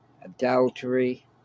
adultery